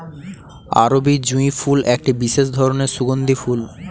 আরবি জুঁই ফুল একটি বিশেষ ধরনের সুগন্ধি ফুল